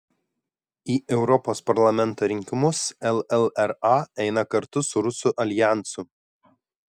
į europos parlamento rinkimus llra eina kartu su rusų aljansu